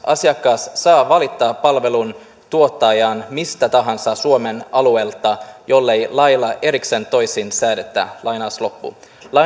asiakas saa valita palvelun tuottajan mistä tahansa suomen alueelta jollei lailla erikseen toisin säädetä lainaus